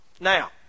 Now